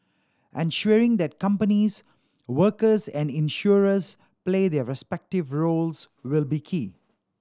ensuring that companies workers and insurers play their respective roles will be key